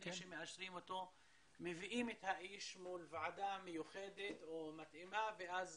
לפני שמאשרים אותו מביאים את האיש מול ועדה מיוחדת או מתאימה ואז